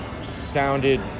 sounded